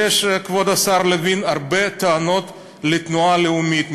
לי יש, כבוד השר לוין, הרבה טענות לתנועה הלאומית.